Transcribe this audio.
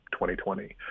2020